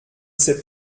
sais